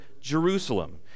Jerusalem